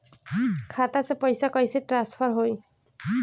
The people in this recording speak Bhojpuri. खाता से पैसा कईसे ट्रासर्फर होई?